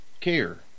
care